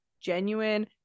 genuine